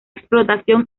explotación